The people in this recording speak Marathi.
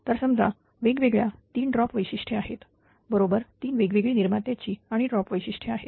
तर समजा वेगवेगळ्या तीन ड्रॉप वैशिष्ट्ये आहेत बरोबर तीन वेगवेगळी निर्मात्याची आणि ड्रॉप वैशिष्ट्ये आहेत